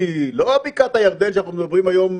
שהיא לא בקעת הירדן שאנחנו מדברים היום,